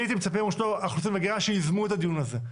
אני הייתי מצפה מרשות האוכלוסין וההגירה שיזמו את הדיון הזה,